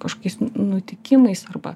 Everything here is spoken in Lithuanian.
kažokiais nutikimais arba